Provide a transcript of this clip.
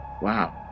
Wow